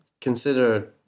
consider